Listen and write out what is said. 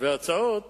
והצעות